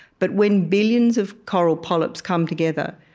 but when billions of coral polyps come together,